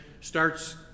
starts